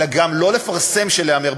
אלא גם לא לפרסם להמר,